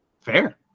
Fair